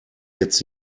jetzt